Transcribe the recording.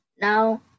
now